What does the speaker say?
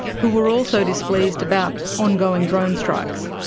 who were also displeased about ongoing drone strikes.